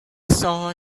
saw